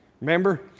Remember